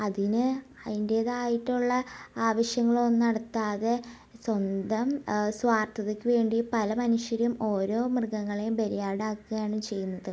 അതിന് അതിൻറ്റേതായിട്ടുള്ള ആവിശ്യങ്ങളൊന്നും നടത്താതെ സ്വന്തം സ്വാർത്ഥതയ്ക്കു വേണ്ടി പല മനുഷ്യരും ഓരോ മൃഗങ്ങളേയും ബാലിയാടാക്കുകയാണ് ചെയ്യുന്നത്